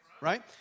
Right